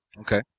Okay